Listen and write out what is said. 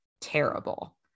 terrible